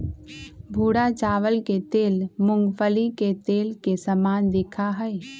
भूरा चावल के तेल मूंगफली के तेल के समान दिखा हई